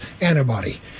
antibody